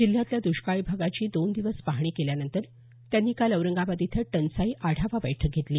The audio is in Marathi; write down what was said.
जिल्ह्यातल्या दुष्काळी भागाची दोन दिवस पाहणी केल्यानंतर त्यांनी काल औरंगाबाद इथं टंचाई आढावा बैठक घेतली